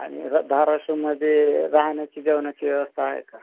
आणि र धारशिवमध्ये राहण्याची जेवणाची व्यवस्था आहे का